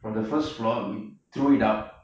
from the first floor we threw it up